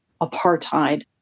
apartheid